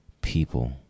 people